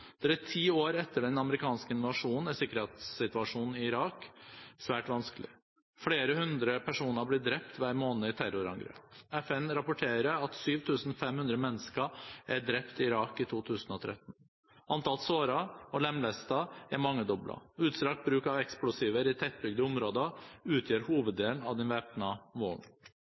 ti år etter den amerikanske invasjonen er sikkerhetssituasjonen i Irak svært vanskelig. Flere hundre personer blir drept hver måned i terrorangrep. FN rapporterer at 7 500 mennesker er drept i Irak i 2013. Antall sårede og lemlestede er mangedoblet. Utstrakt bruk av eksplosiver i tettbygde områder utgjør hoveddelen av den